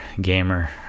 gamer